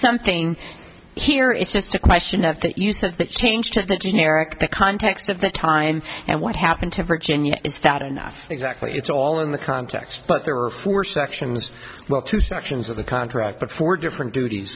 something here it's just a question of the use of the change to the generic context of the time and what happened to virginia is that enough exactly it's all in the context but there are four sections well two sections of the contract but for different duties